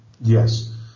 Yes